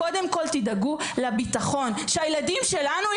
קודם כל תדאגו לביטחון ילדינו,